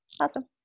Awesome